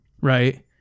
right